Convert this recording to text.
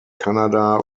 canada